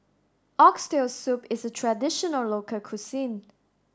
oxtail soup is a traditional local cuisine